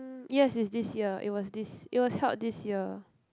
um yes it's this year it was this it was held this year